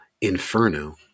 Inferno